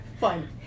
fine